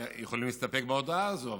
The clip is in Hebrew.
שיכולים להסתפק בהודעה הזו,